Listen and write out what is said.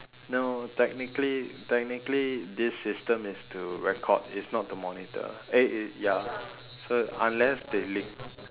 no technically technically this system is to record it's not to monitor eh ya so unless they link